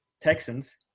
Texans